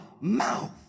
mouth